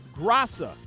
Grasa